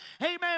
amen